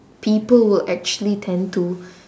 people will actually tend to